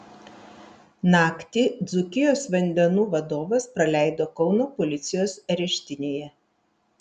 naktį dzūkijos vandenų vadovas praleido kauno policijos areštinėje